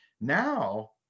now